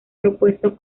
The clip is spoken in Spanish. propuesto